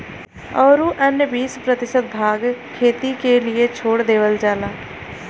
औरू अन्य बीस प्रतिशत भाग खेती क लिए छोड़ देवल जाला